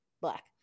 Black